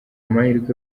amahirwe